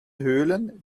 höhlen